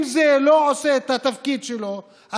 אם זה לא עושה את התפקיד שלו,